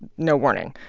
no warning.